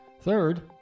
Third